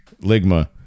Ligma